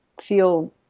feel